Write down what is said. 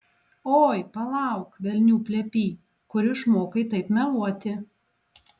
oi palauk velnių plepy kur išmokai taip meluoti